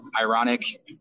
ironic